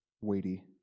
weighty